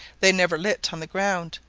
they never lit on the ground,